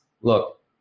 look